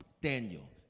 Daniel